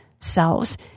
selves